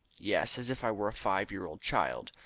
yes, as if i were a five-year-old child.